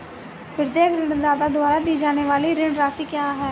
प्रत्येक ऋणदाता द्वारा दी जाने वाली ऋण राशि क्या है?